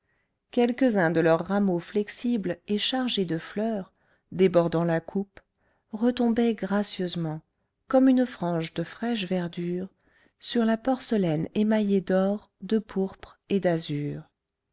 quelques-uns de leurs rameaux flexibles et chargés de fleurs débordant la coupe retombaient gracieusement comme une frange de fraîche verdure sur la porcelaine émaillée d'or de pourpre et d'azur